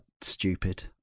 stupid